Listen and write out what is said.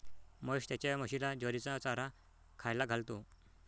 महेश त्याच्या म्हशीला ज्वारीचा चारा खायला घालतो